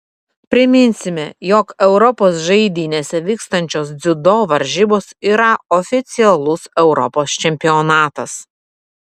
priminsime jog europos žaidynėse vykstančios dziudo varžybos yra oficialus europos čempionatas